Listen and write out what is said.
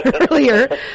earlier